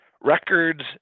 records